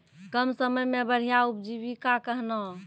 कम समय मे बढ़िया उपजीविका कहना?